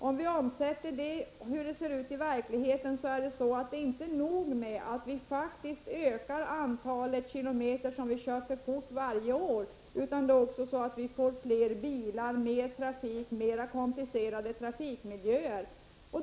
Om vi omsätter det till hur det ser ut i verkligheten, är det inte nog med att vi faktiskt ökar antalet kilometer som vi kör för fort varje år, utan vi får också fler bilar, mer trafik och mera komplicerade trafikmiljöer.